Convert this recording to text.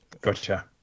Gotcha